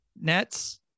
Nets